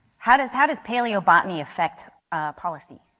how does how does paleobotany affect policy?